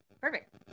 Perfect